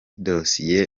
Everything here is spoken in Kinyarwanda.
dosiye